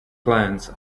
clients